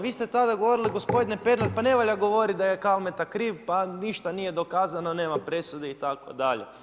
Vi ste tada govorili, gospodine Pernar, pa ne valja govoriti da je Kalmeta kriv, pa ništa nije dokazano, nema presude itd.